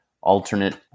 Alternate